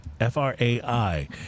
F-R-A-I